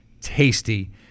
tasty